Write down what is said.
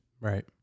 Right